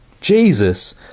Jesus